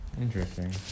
Interesting